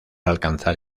alcanzar